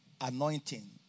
anointing